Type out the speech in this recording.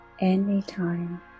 anytime